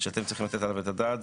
שאתם צריכים לתת עליו את הדעת,